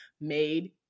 made